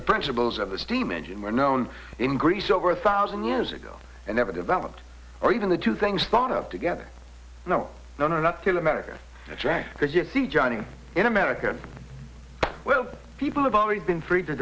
the principles of the steam engine were known in greece over a thousand years ago and never developed or even the two things thought of together no no not till america because you see johnny in america well people have always been free